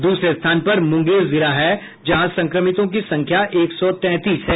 दूसरे स्थान पर मुंगेर जिला है जहां संक्रमितों की संख्या एक सौ तैंतीस है